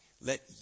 Let